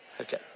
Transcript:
Okay